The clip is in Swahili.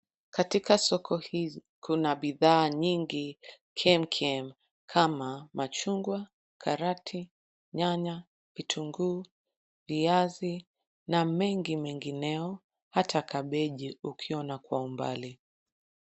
Katika soko hizi, kuna bidhaa nyingi kemkem kama machungwa, karoti, nyanya, kitunguu, viazi na mengi mengineyo hata kabeji ukiona kwa umbali.